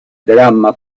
dramma